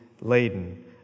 laden